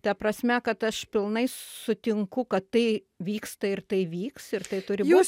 ta prasme kad aš pilnai sutinku kad tai vyksta ir tai vyks ir tai turi būti